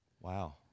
Wow